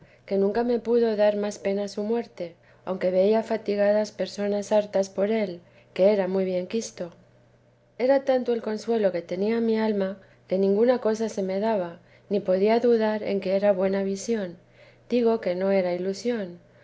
que nunca me pudo dar más pena su muerte aunque había fatigadas personas hartas por ella qu era tekesa de jes muy bien quisto era tanto el consuelo que tenía mi alma que ninguna cosa se me daba ni podía dudar en que era buena visión digo que no era ilusión